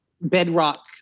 bedrock